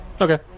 Okay